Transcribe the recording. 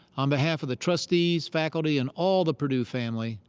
on behalf of the trustees, faculty, and all the purdue family,